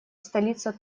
столица